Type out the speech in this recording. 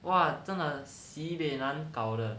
哇真的 sibeh 难搞的